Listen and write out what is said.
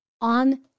on